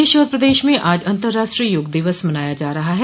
देश और प्रदेश में आज अंतरराष्ट्रीय योग दिवस मनाया जा रहा है